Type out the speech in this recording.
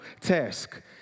task